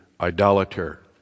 idolater